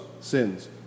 sins